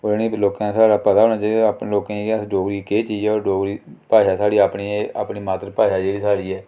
उनें बी लोकें गी साढ़ा पता होना चाहिदा अपने लोकें गी गै अस डोगरी केह् चीज ऐ होर डोगरी भाशा साढ़ी अपनी एह् अपनी मातृ भाशा जेह्ड़ी साढ़ी ऐ